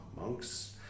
monks